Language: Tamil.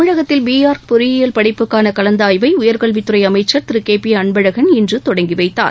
தமிழகத்தில் பிஆர்க் பொறியியல் படிப்புக்கானகலந்தாய்வைஉயர்கல்வித் துறைஅமைச்சர் திருகேபிஅன்பழகன் இன்றுதொடங்கிவைத்தார்